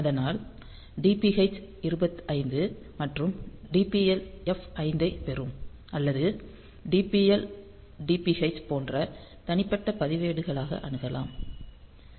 அதனால் DPH 25 மற்றும் DPL F5 ஐப் பெறும் அல்லது DPL DPH போன்ற தனிப்பட்ட பதிவேடுகளாக அணுகலாம்